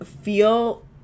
feel